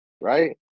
right